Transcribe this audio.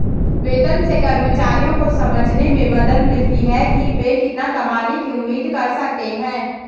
वेतन से कर्मचारियों को समझने में मदद मिलती है कि वे कितना कमाने की उम्मीद कर सकते हैं